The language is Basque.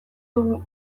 dugu